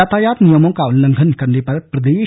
यातायात नियमों का उल्लंघन करने पर प्रदे